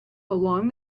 along